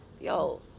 Yo